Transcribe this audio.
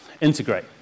integrate